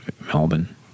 Melbourne